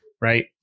right